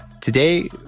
Today